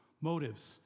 motives